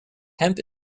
hemp